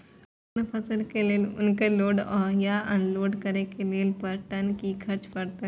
कोनो फसल के लेल उनकर लोड या अनलोड करे के लेल पर टन कि खर्च परत?